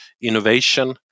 innovation